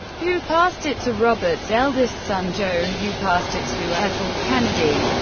who passed it to robert's eldest son, joe, who passed it to ethel kennedy.